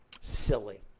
Silly